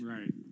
Right